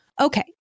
Okay